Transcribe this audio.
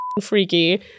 freaky